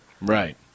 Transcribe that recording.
Right